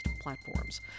platforms